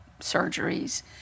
surgeries